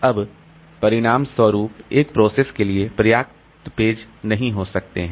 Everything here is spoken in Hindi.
अब परिणामस्वरूप एक प्रोसेस के लिए पर्याप्त पेज नहीं हो सकते हैं